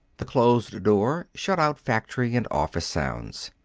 the closed door shut out factory and office sounds.